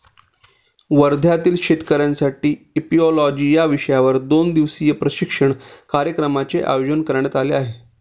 वर्ध्यातील शेतकऱ्यांसाठी इपिओलॉजी या विषयावर दोन दिवसीय प्रशिक्षण कार्यक्रमाचे आयोजन करण्यात आले आहे